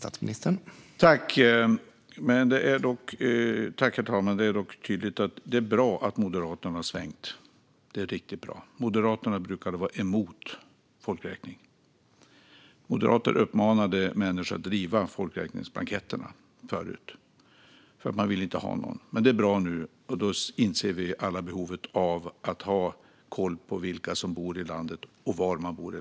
Herr talman! Det är riktigt bra att Moderaterna har svängt. Moderaterna brukade vara emot folkräkning. Moderater uppmanade förut människor att riva folkräkningsblanketterna, för man ville inte ha någon. Men det är bra att vi nu alla inser behovet av att ha koll på vilka som bor i landet och var de bor.